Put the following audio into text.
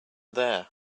there